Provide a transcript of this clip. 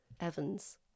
Evans